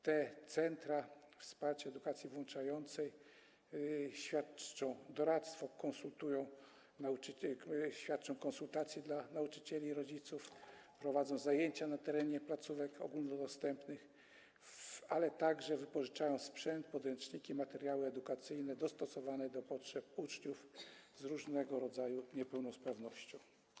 Te centra wsparcia edukacji włączającej świadczą usługi z zakresu doradztwa, prowadzą konsultacje dla nauczycieli i rodziców, prowadzą zajęcia na terenie placówek ogólnodostępnych, a także wypożyczają sprzęt, podręczniki i materiały edukacyjne dostosowane do potrzeb uczniów z różnego rodzaju niepełnosprawnością.